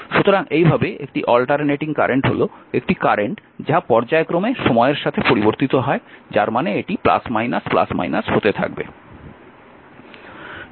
সুতরাং এইভাবে একটি অল্টারনেটিং কারেন্ট হল একটি কারেন্ট যা পর্যায়ক্রমে সময়ের সাথে পরিবর্তিত হয় যার মানে এটি হতে থাকবে